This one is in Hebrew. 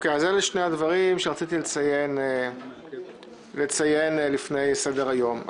אלה שני הדברים שרציתי לציין לפני סדר היום.